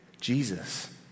Jesus